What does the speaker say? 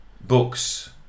books